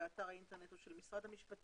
מקום הפרסום באתר האינטרנט של משרד המשפטים.